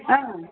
হ্যাঁ